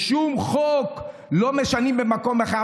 בשום חוק לא משנים במקום אחר.